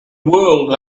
world